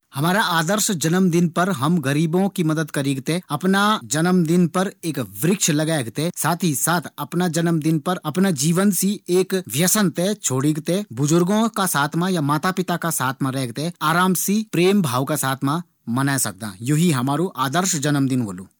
हमारु आदर्श जन्मदिन वू होलू जीमा हम गरीबों की मदद करीक, एक पेड़ लगेक, जन्मदिन पर अफणु एक व्यसन छोड़ीक थें अफणा माता पिता और घर परिवार वालों का साथ मा शांतिपूर्वक प्रेम भाव से जन्मदिन मनों।